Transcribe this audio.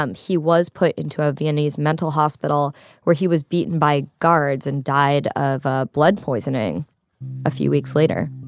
um he was put into a viennese mental hospital where he was beaten by guards and died of ah blood poisoning a few weeks later